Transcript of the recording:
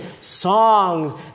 songs